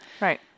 Right